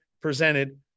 presented